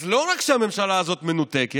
אז לא רק שהממשלה הזאת מנותקת,